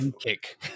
kick